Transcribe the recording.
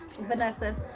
Vanessa